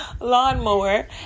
lawnmower